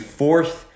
fourth